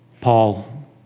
Paul